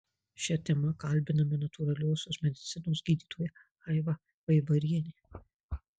šia tema kalbiname natūraliosios medicinos gydytoją aivą vaivarienę